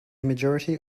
majority